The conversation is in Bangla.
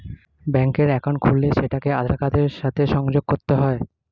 ব্যাঙ্কের অ্যাকাউন্ট খুললে সেটাকে আধার কার্ডের সাথে সংযোগ করতে হয়